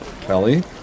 Kelly